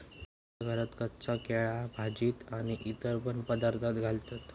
आमच्या घरात कच्चा केळा भाजीत आणि इतर पण पदार्थांत घालतत